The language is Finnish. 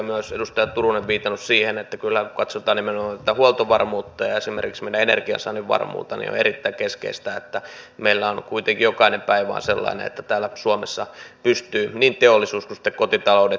myös edustaja turunen on viitannut siihen että kyllä kun katsotaan nimenomaan tätä huoltovarmuutta ja esimerkiksi meidän energiansaannin varmuutta niin on erittäin keskeistä että meillä on kuitenkin jokainen päivä sellainen että täällä suomessa pystyvät niin teollisuus kuin sitten kotitaloudet pärjäämään